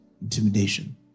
intimidation